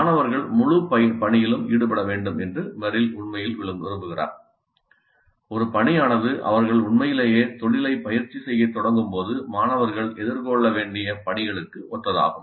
மாணவர்கள் முழுப் பணியிலும் ஈடுபட வேண்டும் என்று மெரில் உண்மையில் விரும்புகிறார் ஒரு பணியானது அவர்கள் உண்மையிலேயே தொழிலைப் பயிற்சி செய்யத் தொடங்கும் போது மாணவர்கள் எதிர்கொள்ள வேண்டிய பணிகளுக்கு ஒத்ததாகும்